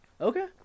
okay